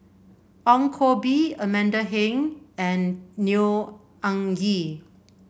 Ong Koh Bee Amanda Heng and Neo Anngee